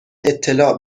اطلاع